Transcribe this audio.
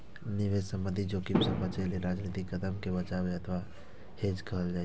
निवेश संबंधी जोखिम सं बचय लेल रणनीतिक कदम कें बचाव अथवा हेज कहल जाइ छै